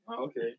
Okay